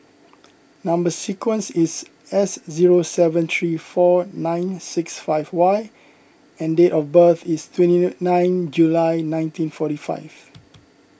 Number Sequence is S zero seven three four nine six five Y and date of birth is twenty nine July nineteen forty five